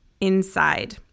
inside